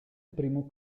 primo